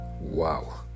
Wow